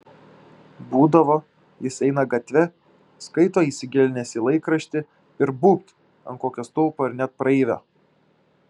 būdavo jis eina gatve skaito įsigilinęs į laikraštį ir būbt ant kokio stulpo ar net praeivio